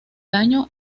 daño